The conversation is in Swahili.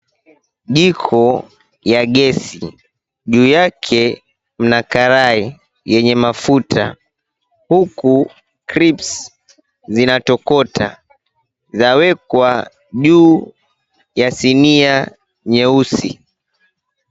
Jiko ya gesi juu yake mna karai yenye mafuta huku crips zinatokota zawekwa juu ya sinia nyeusi.